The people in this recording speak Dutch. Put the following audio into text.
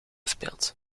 speelt